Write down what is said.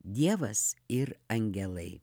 dievas ir angelai